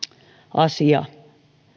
asia